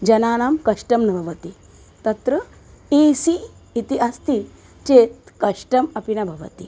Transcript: जनानां कष्टं न भवति तत्र ए सि इति अस्ति चेत् कष्टम् अपि न भवति